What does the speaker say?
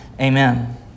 Amen